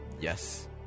Yes